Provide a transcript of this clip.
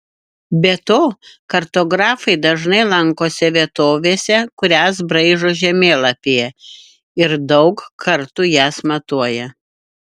be to kartografai dažnai lankosi vietovėse kurias braižo žemėlapyje ir daug kartų jas matuoja